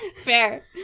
fair